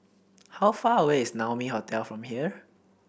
how far away is Naumi Hotel from here